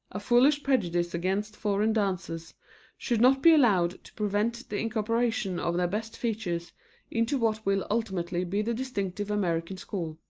a foolish prejudice against foreign dances should not be allowed to prevent the incorporation of their best features into what will ultimately be the distinctive american school.